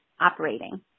operating